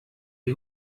die